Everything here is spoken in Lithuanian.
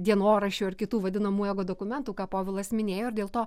dienoraščių ar kitų vadinamų egodokumentų ką povilas minėjo ir dėl to